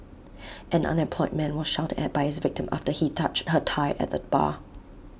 an unemployed man was shouted at by his victim after he touched her thigh at A bar